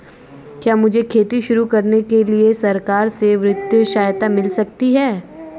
क्या मुझे खेती शुरू करने के लिए सरकार से वित्तीय सहायता मिल सकती है?